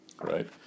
right